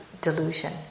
delusion